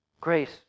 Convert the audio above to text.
Grace